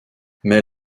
mais